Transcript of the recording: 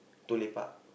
too lepak